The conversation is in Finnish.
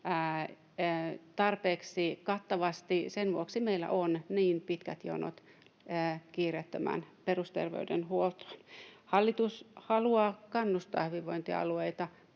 tarpeeksi kattavasti. Sen vuoksi meillä on niin pitkät jonot kiireettömään perusterveydenhuoltoon. Hallitus haluaa kannustaa hyvinvointialueita